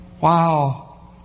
Wow